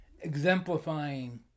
exemplifying